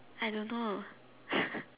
I don't know